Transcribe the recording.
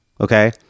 Okay